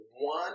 one